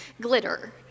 glitter